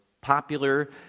popular